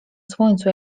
słońcu